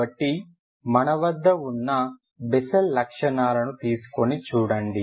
కాబట్టి మన వద్ద ఉన్న బెస్సెల్ లక్షణాలను తీసుకొని చూడండి